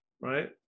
Right